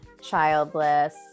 childless